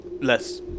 less